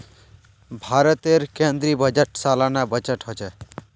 भारतेर केन्द्रीय बजट सालाना बजट होछे